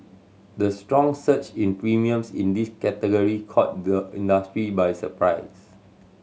the strong surge in premiums in this category caught the industry by surprise